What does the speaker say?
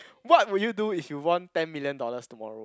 what will you do if you won ten million dollars tomorrow